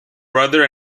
brother